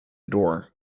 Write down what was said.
door